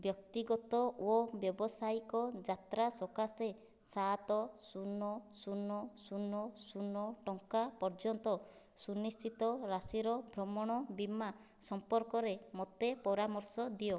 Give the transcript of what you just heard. ବ୍ୟକ୍ତିଗତ ଓ ବ୍ୟାବସାୟିକ ଯାତ୍ରା ସକାଶେ ସାତ ଶୂନ ଶୂନ ଶୂନ ଶୂନ ଟଙ୍କା ପର୍ଯ୍ୟନ୍ତ ସୁନିଶ୍ଚିତ ରାଶିର ଭ୍ରମଣ ବୀମା ସମ୍ପର୍କରେ ମୋତେ ପରାମର୍ଶ ଦିଅ